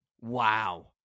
Wow